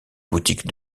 boutiques